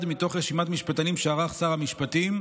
אחד מתוך רשימת משפטנים שערך שר המשפטים,